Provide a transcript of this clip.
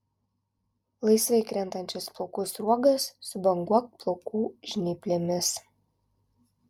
laisvai krentančias plaukų sruogas subanguok plaukų žnyplėmis